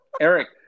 Eric